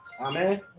Amen